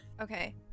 Okay